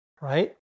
right